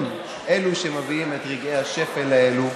הם אלו שמביאים את רגעי השפל האלה